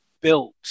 built